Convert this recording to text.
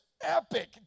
epic